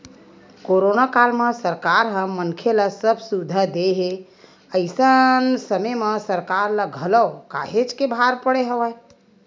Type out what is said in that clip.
corona काल म सरकार ह मनखे ल सब सुबिधा देय हे अइसन समे म सरकार ल घलो काहेच के भार पड़े हवय